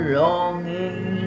longing